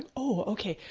ah oh okay,